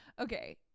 Okay